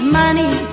money